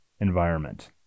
environment